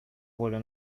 волю